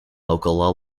local